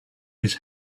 his